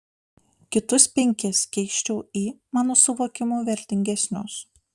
kitus penkis keisčiau į mano suvokimu vertingesnius